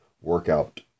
workout